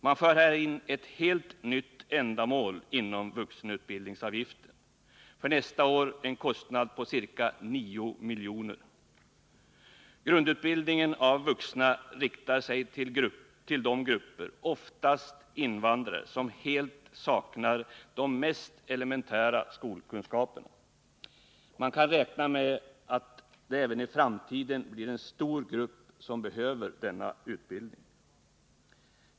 Man för här in ett helt nytt ändamål inom vuxenutbildningsavgiften, för nästa år en kostnad på ca 9 milj.kr. Grundutbildningen för vuxna riktar sig till de grupper, oftast invandrare, som helt saknar de mest elementära skolkunskaperna. Man kan räkna med att det även i framtiden blir en stor grupp som behöver denna utbildning.